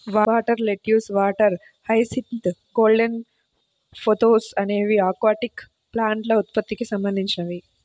water lettuce, water hyacinth, golden pothos అనేవి aquatic ప్లాంట్ల ఉత్పత్తికి సంబంధించినవి